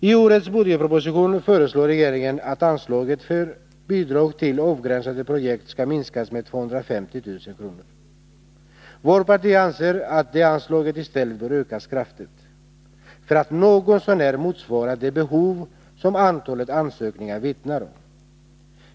I årets budgetproposition föreslår regeringen att anslaget för bidrag till avgränsade projekt skall minskas med 250 000 kr. Vårt parti anser att det anslaget i stället bör ökas kraftigt, för att något så när motsvara det behov som antalet ansökningar vittnar om.